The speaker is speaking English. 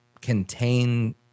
contain